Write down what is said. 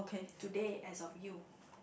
today as of you